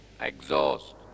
exhaust